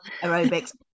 aerobics